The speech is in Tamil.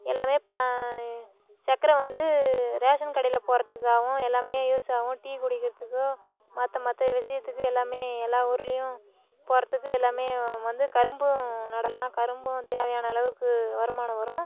எல்லாமே ப சக்கரை வந்து ரேஷன் கடையில் போடுறதுக்காகவும் எல்லாமே யூஸ் ஆகும் டீ குடிக்கிறத்துக்கோ மற்ற மற்ற விஷயத்துக்கு எல்லாமே எல்லா ஊருலையும் போடுறதுக்கு எல்லாம் வந்து கரும்பும் நடலாம் கரும்பும் தேவையான அளவுக்கு வருமானம் வரும்